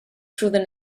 through